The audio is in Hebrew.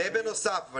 זה בנוסף.